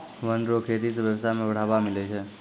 वन रो खेती से व्यबसाय में बढ़ावा मिलै छै